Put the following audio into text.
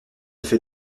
fait